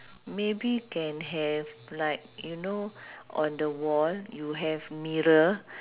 maybe can have like you know on the wall you have mirror